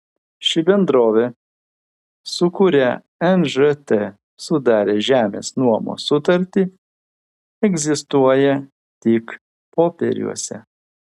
ši bendrovė su kuria nžt sudarė žemės nuomos sutartį egzistuoja tik popieriuose